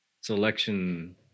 selection